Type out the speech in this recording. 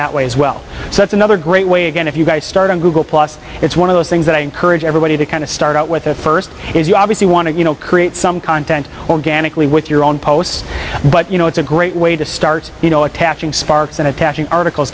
that way as well so that's another great way again if you guys start on google plus it's one of those things that i encourage everybody to kind of start out with the first is you obviously want to you know create some content organically with your own posts but you know it's a great way to start you know attaching sparks and attaching articles